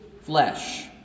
flesh